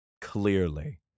Clearly